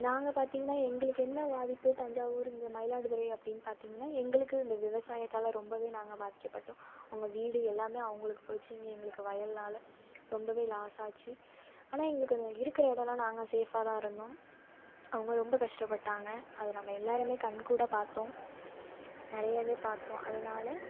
நாங்கள் பார்த்திங்கனா எங்களுக்கு என்ன பாதிப்பு தஞ்சாவூர் இங்கே மயிலாடுதுறை அப்டின்னு பார்த்திங்கனா எங்களுக்கு இந்த விவசாயத்தால் ரொம்ப நாங்கள் பாதிக்கப்பட்டோம் அவங்க வீடு எல்லாம் அவங்களுக்கு போச்சு இங்கே எங்களுக்கு வயல்னால ரொம்ப லாஸ் ஆச்சு ஆனால் எங்களுக்கு அந்த இருக்கிற இடலாம் நாங்கள் சேஃப்பாக தான் இருந்தோம் அவங்க ரொம்ப கஷ்டப்பட்டாங்க அதை நம்ம எல்லோருமே கண்கூட பார்த்தோம் நெறைய பார்த்தோம் அதனால